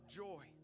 joy